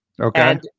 Okay